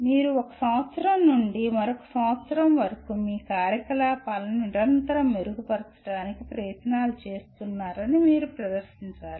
మీరు ఒక సంవత్సరం నుండి మరొక సంవత్సరం వరకు మీ కార్యకలాపాలను నిరంతరం మెరుగుపరచడానికి ప్రయత్నాలు చేస్తున్నారని మీరు ప్రదర్శించాలి